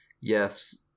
Yes